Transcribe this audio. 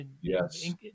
Yes